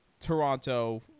Toronto